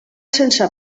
sense